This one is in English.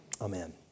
Amen